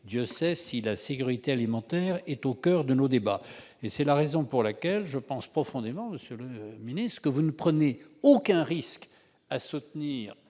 Dieu sait si la sécurité alimentaire est au coeur de nos débats ! C'est la raison pour laquelle je pense profondément, monsieur le ministre, que vous ne prendriez aucun risque à approuver